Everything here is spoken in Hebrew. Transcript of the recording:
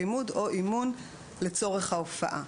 לימוד או אימון לצורך ההופעה.